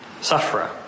sufferer